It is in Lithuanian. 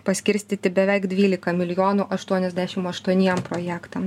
paskirstyti beveik dvylika milijonų aštuoniasdešimt aštuoniem projektams